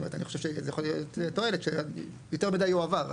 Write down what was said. אני חושב שיכולה להיות תועלת שיותר מידי יועבר.